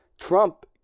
Trump